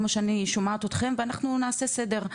כמו שאני שומעת אותכם ואנחנו נעשה סדר,